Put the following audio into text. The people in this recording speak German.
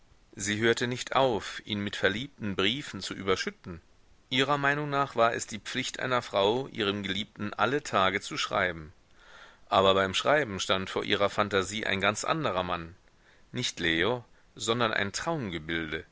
sie hörte nicht auf ihn mit verliebten briefen zu überschütten ihrer meinung nach war es die pflicht einer frau ihrem geliebten alle tage zu schreiben aber beim schreiben stand vor ihrer phantasie ein ganz anderer mann nicht leo sondern ein